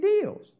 deals